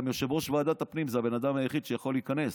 גם יושב-ראש ועדת הפנים זה הבן אדם היחיד שיכול להיכנס,